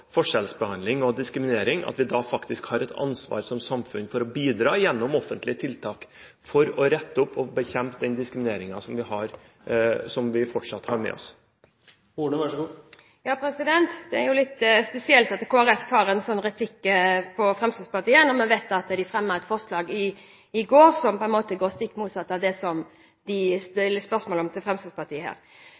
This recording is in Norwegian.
forskjellsbehandling og diskriminering, har vi et ansvar som samfunn for å bidra gjennom offentlige tiltak til å rette opp og bekjempe den diskrimineringen som vi fortsatt har med oss? Det er litt spesielt at Kristelig Folkeparti tar en sånn replikk på Fremskrittspartiet, når vi vet at de fremmet et forslag i går som på en måte er stikk motsatt av det som de stiller spørsmål om til Fremskrittspartiet her.